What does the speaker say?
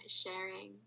sharing